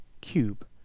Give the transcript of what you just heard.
cube